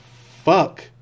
fuck